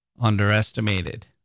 underestimated